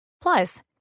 Plus